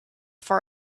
far